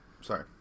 Sorry